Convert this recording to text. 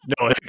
No